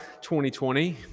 2020